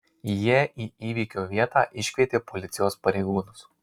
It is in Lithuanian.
jie į įvykio vietą iškvietė policijos pareigūnus